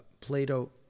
Plato